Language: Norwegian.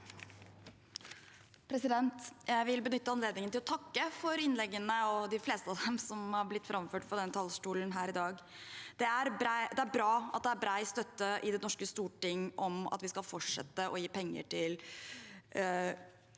Jeg vil benytte anledningen til å takke for innleggene – de fleste av dem – som har blitt framført fra denne talerstolen her i dag. Det er bra at det er bred støtte i det norske storting til at vi skal fortsette å gi penger til